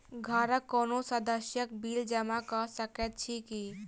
घरक कोनो सदस्यक बिल जमा कऽ सकैत छी की?